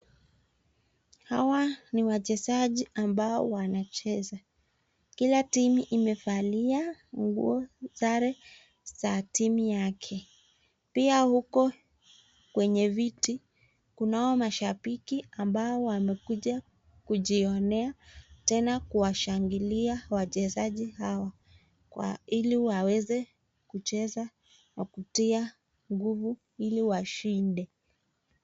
Hawa ni wachezaji ambao wanacheza. Kila timu imevalia nguo sare za timu yake. Pia huko kwenye viti kuna wao mashabiki ambao wamekuja kujionea tena kuwashangilia wachezaji hawa ili waweze kucheza na kutia nguvu ili washinde.